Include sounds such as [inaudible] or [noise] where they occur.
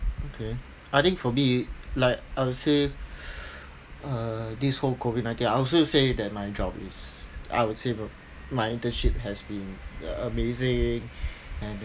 okay I think for me like I would say [breath] uh this whole COVID nineteen I would also say that my job is I would say my internship has been amazing